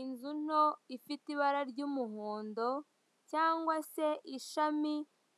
Inzu nto ifite ibara ry'umuhondo cyangwa se ishami